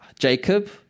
Jacob